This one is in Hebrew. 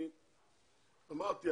אני אמרתי,